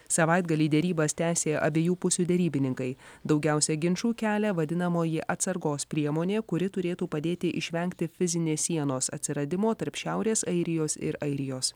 savaitgalį derybas tęsė abiejų pusių derybininkai daugiausiai ginčų kelia vadinamoji atsargos priemonė kuri turėtų padėti išvengti fizinės sienos atsiradimo tarp šiaurės airijos ir airijos